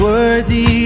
Worthy